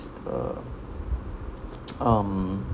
the um